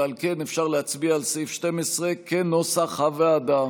ועל כן אפשר להצביע על סעיף 12 כנוסח הוועדה.